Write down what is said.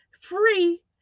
free